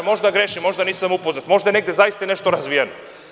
Možda grešim, možda nisam upoznat, možda je negde zaista nešto razvijeno.